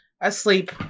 asleep